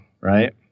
right